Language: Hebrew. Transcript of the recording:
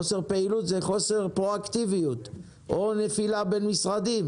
חוסר פעילות זה חוסר פרואקטיביות או נפילה בין משרדים.